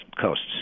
coasts